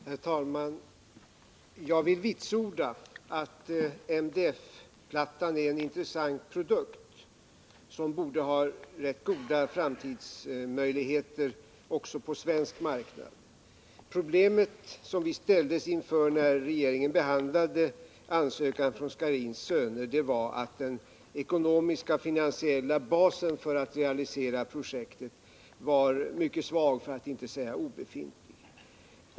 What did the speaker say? Herr talman! Jag vill vitsorda att MDF-plattan är en intressant produkt, som borde ha rätt goda framtidsmöjligheter också på svensk marknad. Det problem som vi i regeringen ställdes inför när vi behandlade den ansökan som inlämnats från Scharins Söner var att den ekonomiska och finansiella basen för att realisera projektet var mycket svag för att inte säga obefintlig.